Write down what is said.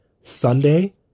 Sunday